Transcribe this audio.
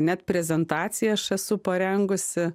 net prezentaciją aš esu parengusi